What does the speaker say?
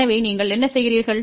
எனவே நீங்கள் என்ன செய்கிறீர்கள்